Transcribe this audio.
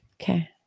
Okay